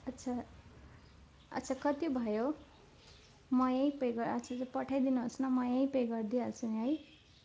अच्छा अच्छा कति भयो म यही पे अच्छा अच्छा पठाइदिनु होस् न म यही पे गरिदिइ हाल्छु है